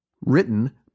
Written